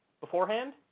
beforehand